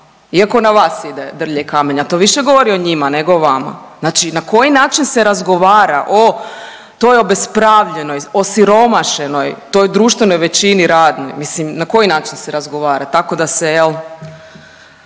iako na vas ide drvlje i kamenja, to više govori o njima nego o vama. Znači na koji način se razgovara o toj obespravljenoj, osiromašenoj, toj društvenoj većini radnoj, mislim na koji način se razgovara? Tako da se jel